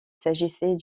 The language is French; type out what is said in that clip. s’agissait